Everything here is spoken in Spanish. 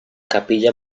capilla